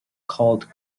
called